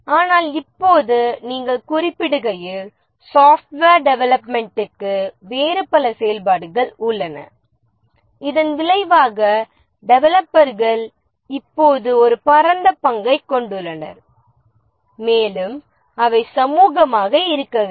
ஆனால் இப்போது நீங்கள் குறிப்பிடுகையில் சாப்ட்வேர் டெவெலப்மென்டுக்கு வேறு பல செயல்பாடுகள் உள்ளன இதன் விளைவாக டெவலப்பர்கள் இப்போது ஒரு பரந்த பங்கைக் கொண்டுள்ளனர் மேலும் அவை சமூகமாக இருக்க வேண்டும்